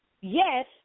yes